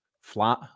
flat